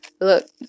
Look